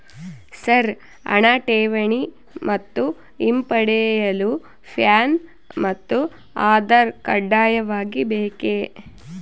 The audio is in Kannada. ಸರ್ ಹಣ ಠೇವಣಿ ಮತ್ತು ಹಿಂಪಡೆಯಲು ಪ್ಯಾನ್ ಮತ್ತು ಆಧಾರ್ ಕಡ್ಡಾಯವಾಗಿ ಬೇಕೆ?